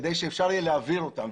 כדי שאפשר יהיה להעביר אותם.